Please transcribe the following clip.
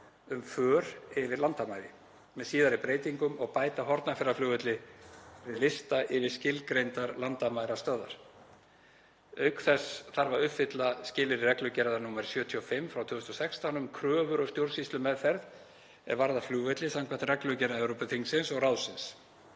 um för yfir landamæri, með síðari breytingum, og bæta Hornafjarðarflugvelli við lista yfir skilgreindar landamærastöðvar. Auk þess þarf að uppfylla skilyrði reglugerðar nr. 75/2016, um kröfur og stjórnsýslumeðferð er varða flugvelli samkvæmt reglugerð Evrópuþingsins og ráðsins